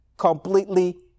completely